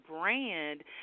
brand